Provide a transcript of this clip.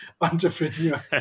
entrepreneur